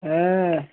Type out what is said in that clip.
হ্যাঁ